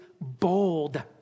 bold